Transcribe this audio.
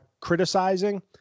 criticizing